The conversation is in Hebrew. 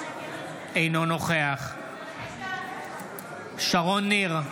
אינו נוכח שרון ניר,